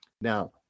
Now